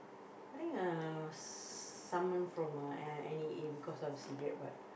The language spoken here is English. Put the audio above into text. I think uh summons from uh N_E_A because of cigarette butt